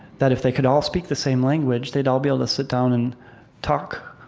that if they could all speak the same language, they'd all be able to sit down and talk